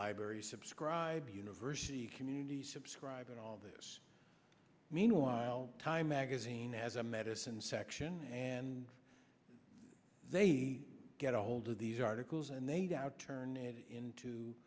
library subscribe university community subscribe and all this meanwhile time magazine has a medicine section and they get a hold of these articles and they doubt turn it into